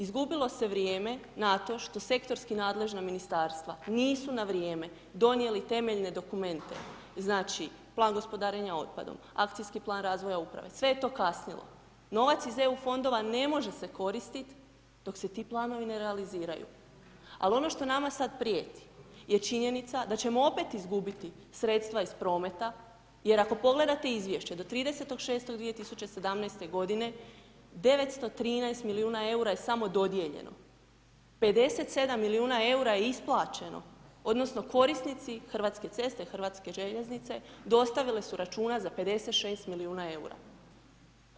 Izgubilo se vrijeme na to što sektorski nadležna Ministarstva nisu na vrijeme donijeli temeljne dokumente, znači Plan gospodarenja otpadom, Akcijski plan razvoja uprave, sve je to kasnilo, novac iz EU fondova ne može se koristit' dok se ti planovi ne realiziraju, al' ono što nama sad prijeti, je činjenica da ćemo opet izgubiti sredstva iz prometa, jer ako pogledate Izvješće do 30.06.2017. godine, 913 milijuna EUR-a je samo dodijeljeno, 57 milijuna EUR-a je isplaćeno, odnosno korisnici Hrvatske ceste, Hrvatske željeznice, dostavile su računa za 56 milijuna EUR-a.